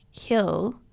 Hill